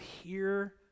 hear